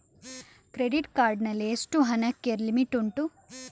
Credit card ನಲ್ಲಿ ಎಷ್ಟು ಹಣಕ್ಕೆ ಲಿಮಿಟ್ ಉಂಟು?